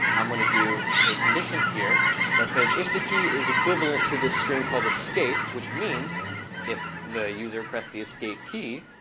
i'm going to do a condition here that says, if the key is equivalent to this string called escape, which means if the user pressed escape key,